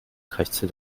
krächzte